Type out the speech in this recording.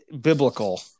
biblical